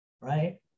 right